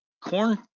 corn